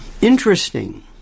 interesting